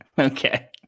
Okay